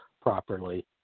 properly